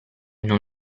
non